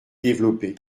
développés